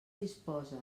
disposa